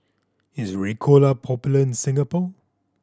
is Ricola popular in Singapore